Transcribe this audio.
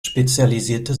spezialisierte